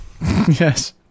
Yes